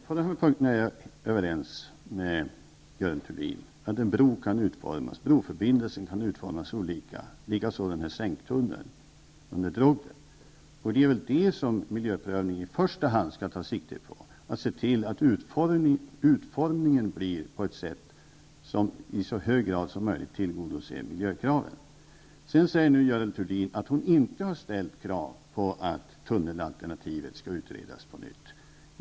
Fru talman! På denna punkt är jag överens med Görel Thurdin. En broförbindelse kan utformas på olika sätt och likaså sänktunneln under Drogden. Det är väl detta som miljöprövningen i första hand skall ta sikte på, att se till att utformningen blir på ett sätt som i så hög grad som möjligt tillgodoser miljökraven. Sedan säger Görel Thurdin att hon inte har ställt krav på att tunnelalternativet skall utredas på nytt.